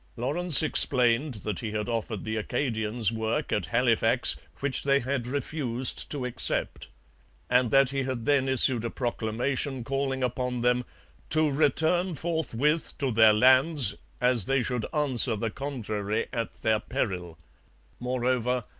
lawrence explained that he had offered the acadians work at halifax, which they had refused to accept and that he had then issued a proclamation calling upon them to return forthwith to their lands as they should answer the contrary at their peril moreover,